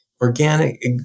organic